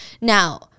Now